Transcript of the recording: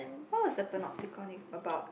what was the panopticon about